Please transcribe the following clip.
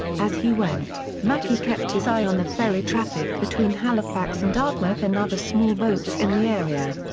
as he went, mackey kept his eye on the ferry traffic between halifax and dartmouth and other small boats in the area.